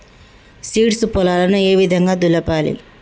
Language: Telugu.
సీడ్స్ పొలాలను ఏ విధంగా దులపాలి?